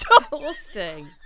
exhausting